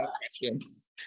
questions